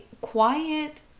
quiet